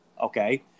okay